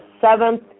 seventh